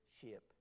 ship